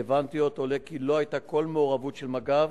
הרלוונטיות, עולה כי לא היתה כל מעורבות של מג"ב